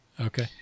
Okay